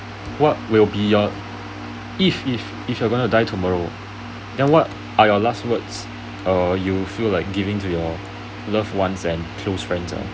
what will be your if if if you are going to die tomorrow then what are your last words err you feel like giving to your love ones and close friends ah